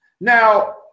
Now